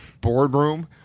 boardroom